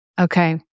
Okay